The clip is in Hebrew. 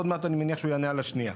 עוד מעט אני מניח שהוא יענה על השנייה.